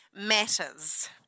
matters